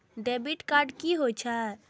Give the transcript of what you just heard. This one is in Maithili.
डैबिट कार्ड की होय छेय?